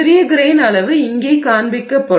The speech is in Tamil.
சிறிய கிரெய்ன் அளவு இங்கே காண்பிக்கப்படும்